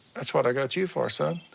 that's what i got you for, son.